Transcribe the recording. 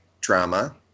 drama